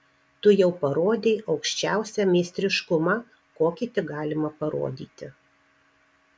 tu jau parodei aukščiausią meistriškumą kokį tik galima parodyti